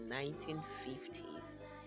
1950s